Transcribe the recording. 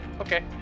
okay